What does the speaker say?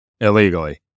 illegally